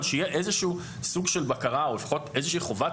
אבל שיהיה איזשהו סוג של בקרה או לפחות איזושהי חובת